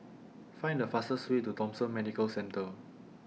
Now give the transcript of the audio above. Find The fastest Way to Thomson Medical Centre